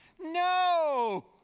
No